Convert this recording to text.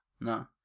No